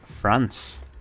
France